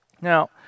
Now